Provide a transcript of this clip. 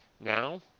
Now